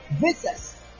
business